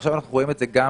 עכשיו אנחנו רואים את זה גם